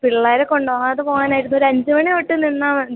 പിള്ളേരെ കൊണ്ടു പോകാതെ പോകാനായിരുന്നു ഒരഞ്ചു മണി തൊട്ട് നിന്നാൽ മതി